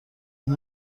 اون